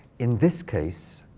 in this case,